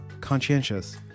conscientious